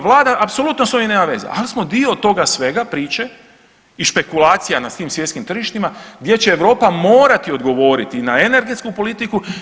Vlada sa ovim apsolutno sa ovim nema veze, ali smo dio toga svega, priče i špekulacija na svim svjetskim tržištima, gdje će Europa morati odgovoriti na energetsku politiku.